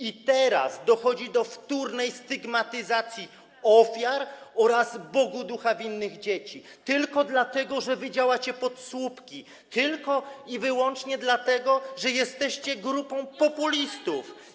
I teraz dochodzi do wtórnej stygmatyzacji ofiar oraz Bogu ducha winnych dzieci tylko dlatego, że wy działacie pod słupki, tylko i wyłącznie dlatego, że jesteście grupą populistów.